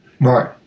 Right